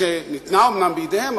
שאומנם ניתנה בידיהם,